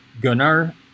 gunnar